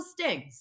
stings